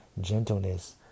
gentleness